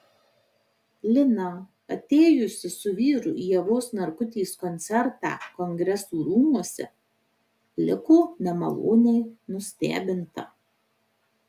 lina atėjusi su vyru į ievos narkutės koncertą kongresų rūmuose liko nemaloniai nustebinta